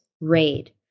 raid